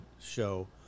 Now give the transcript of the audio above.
show